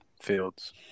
Fields